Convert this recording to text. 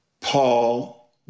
Paul